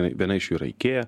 viena iš jų yra ikea